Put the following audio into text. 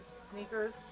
Sneakers